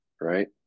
right